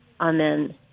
Amen